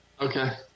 Okay